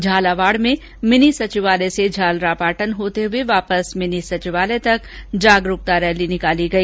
झालावाड में मिनी सचिवालय से झालरापाटन होते हुए वापस मिनी सचिवालय तक जागरूकता साईकिल रैली निकाली गई